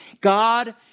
God